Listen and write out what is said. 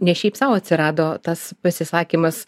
ne šiaip sau atsirado tas pasisakymas